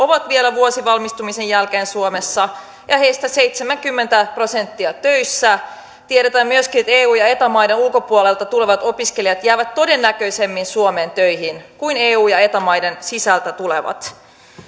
on vielä vuosi valmistumisen jälkeen suomessa ja heistä seitsemänkymmentä prosenttia töissä tiedetään myöskin että eu ja eta maiden ulkopuolelta tulevat opiskelijat jäävät todennäköisemmin suomeen töihin kuin eu ja eta maiden sisältä tulevat